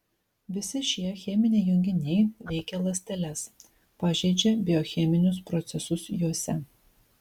visi šie cheminiai junginiai veikia ląsteles pažeidžia biocheminius procesus juose